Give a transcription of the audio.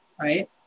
right